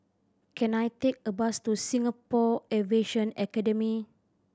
can I take a bus to Singapore Aviation Academy